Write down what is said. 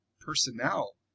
personnel